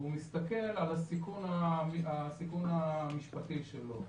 והוא מסתכל על הסיכון המשפטי שלו.